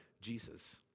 Jesus